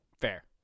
Fair